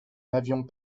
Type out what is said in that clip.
n’avions